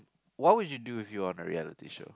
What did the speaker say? what would you do if you are on the way out of this should